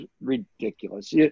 ridiculous